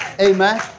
Amen